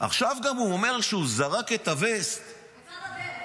עכשיו הוא גם אומר שהוא זרק את הווסט -- לצד הדרך.